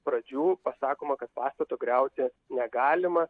pradžių pasakoma kad pastato griauti negalima